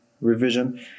revision